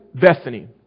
Bethany